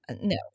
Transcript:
no